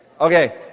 Okay